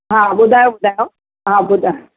हा ॿुधायो ॿुधायो हा ॿुधा